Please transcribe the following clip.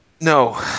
No